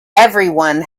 everyone